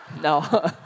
No